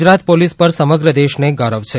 Gujarat police પર સમગ્ર દેશને ગૌરવ છે